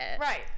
Right